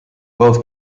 both